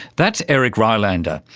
that's erik rylander,